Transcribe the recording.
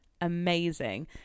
amazing